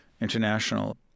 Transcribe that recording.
International